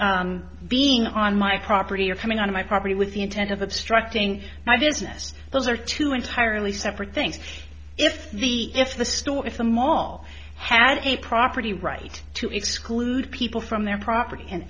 being on my property or coming on my property with the intent of obstructing my business those are two entirely separate things if the if the store if the mall had a property right to exclude people from their property and